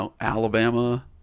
Alabama